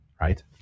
right